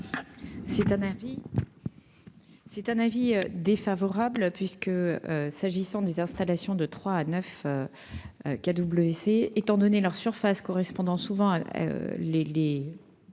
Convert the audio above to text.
C'est un avis défavorable puisque, s'agissant des installations de 3 à 9 kWc étant donné leur surface correspondant souvent les